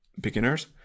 beginners